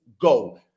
go